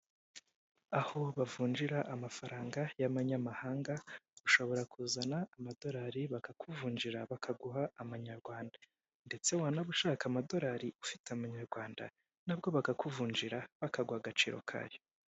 Aho bavunjira amafaranga y'amanyamahanga, ushobora kuzana amadolari bakakuvunjira bakaguha amanyarwanda ndetse wanaba ushaka amadolari ufite amanyarwanda nabwo bakakuvunjira bakaguha agaciro kayo.